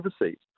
overseas